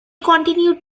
continued